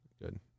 Good